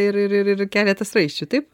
ir ir ir ir keletas raiščių taip